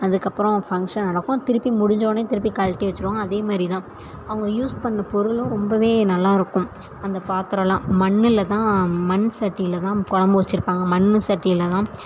அதுக்கப்புறம் ஃபங்க்ஷன் நடக்கும் திருப்பி முடிஞ்சோவோனே திருப்பி கழட்டி வச்சுருவாங்க அதே மாதிரி தான் அவங்க யூஸ் பண்ணிண பொருளும் ரொம்பவே நல்லாயிருக்கும் அந்த பாத்தரல்லாம் மண்ணில் தான் மண் சட்டியில் தான் கொழம்பு வச்சுருப்பாங்க மண் சட்டியில் தான்